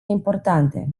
importante